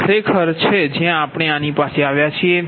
આ ખરેખર છે જ્યાં આપણે આની પાસે આવ્યા છીએ